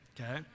okay